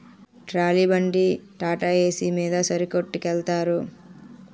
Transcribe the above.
trolley బండి టాటాఏసి మీద సరుకొట్టికెలతారు